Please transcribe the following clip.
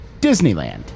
Disneyland